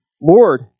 Lord